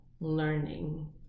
learning